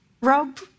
Rob